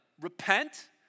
Repent